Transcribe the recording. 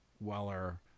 Weller